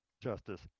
Justice